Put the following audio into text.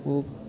ओह्